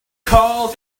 call